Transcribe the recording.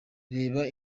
reba